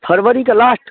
फरवरीके लास्ट